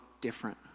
different